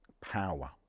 power